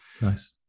Nice